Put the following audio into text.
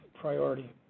priority